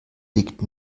liegt